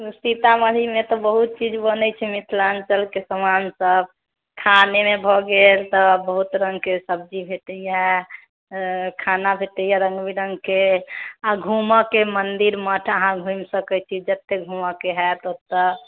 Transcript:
सीतामढ़ीमे तऽ बहुत चीज बनै छै मिथिलाञ्चलके सामानसब खानेमे भऽ गेल तऽ बहुत रंगके सब्जी भेटैया खाना भेटैया रंगबिरंगके आ घुमयके मन्दिरमठ अहाँ घुमि सकै छी जतए घुमयके हैत ओतय